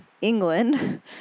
England